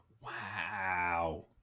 Wow